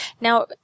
Now